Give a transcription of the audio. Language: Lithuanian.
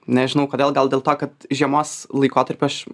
nežinau kodėl gal dėl to kad žiemos laikotarpiu aš